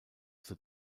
zur